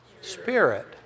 Spirit